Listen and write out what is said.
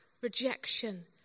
rejection